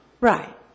Right